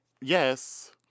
Yes